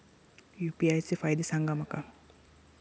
UPI चे फायदे सांगा माका?